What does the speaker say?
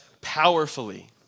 powerfully